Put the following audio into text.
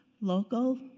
local